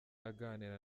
aganira